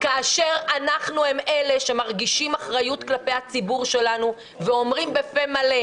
כאשר אנחנו אלה שמרגישים אחריות כלפי הציבור שלנו ואומרים בפה מלא: